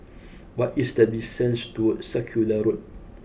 what is the distance to Circular Road